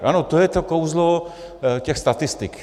Ano, to je to kouzlo těch statistik.